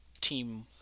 team